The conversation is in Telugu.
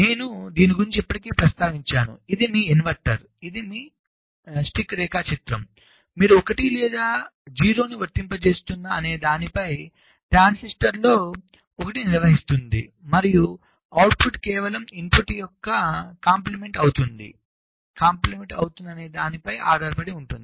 నేను దీని గురించి ఇప్పటికే ప్రస్తావించాము ఇది మీ ఇన్వర్టర్ ఇది మీ స్టిక్ రేఖాచిత్రం మీరు 1 లేదా 0 ను వర్తింపజేస్తున్నా అనే దానిపై ట్రాన్సిస్టర్లో ఒకటి నిర్వహిస్తుంది మరియు అవుట్పుట్ కేవలం ఇన్పుట్ యొక్క అభినందన అవుతుంది అనేది ఆధారపడి ఉంటుంది